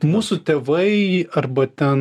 mūsų tėvai arba ten